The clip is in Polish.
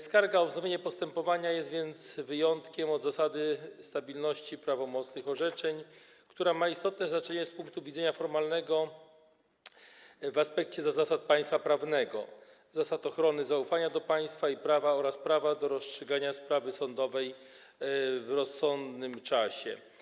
Skarga o wznowienie postępowania jest więc wyjątkiem od zasady stabilności prawomocnych orzeczeń, która ma istotne znaczenie z punktu widzenia formalnego w aspekcie zasad państwa prawnego - zasad ochrony zaufania do państwa i prawa oraz prawa do rozstrzygania sprawy sądowej w rozsądnym czasie.